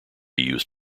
used